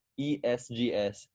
ESGS